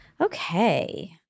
Okay